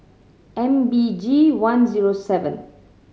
M B G one zero seven